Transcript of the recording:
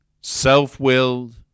Self-willed